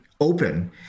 Open